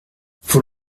faut